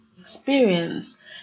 experience